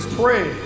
pray